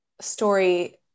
story